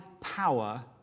power